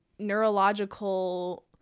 Neurological